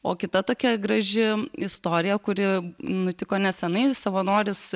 o kita tokia graži istorija kuri nutiko neseniai savanoris